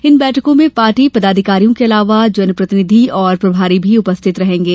इन बैठकों में पार्टी पदाधिकारियों के अलावा जनप्रतिनिधि और प्रभारी भी उपस्थित रहेंगे